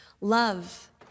love